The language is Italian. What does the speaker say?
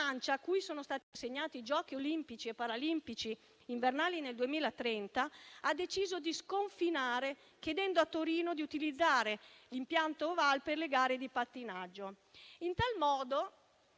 a cui sono stati assegnati i Giochi olimpici e paralimpici invernali nel 2030, ha deciso di sconfinare, chiedendo a Torino di utilizzare l'impianto Oval per le gare di pattinaggio. In tal modo,